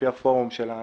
לפי הפורום שלנו.